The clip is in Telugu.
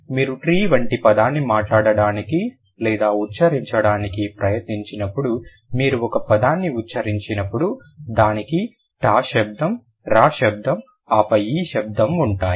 కాబట్టి మీరు ట్రీ వంటి పదాన్ని మాట్లాడటానికి లేదా ఉచ్చరించడానికి ప్రయత్నించినప్పుడు మీరు ఒక పదాన్ని ఉచ్చరించినప్పుడు దానికి ట శబ్దం ర శబ్దం ఆపై ఈ శబ్దం ఉంటాయి